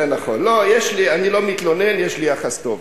לא, אני לא מתלונן, יש לי יחס טוב.